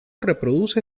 reproduce